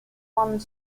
one